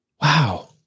Wow